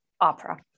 opera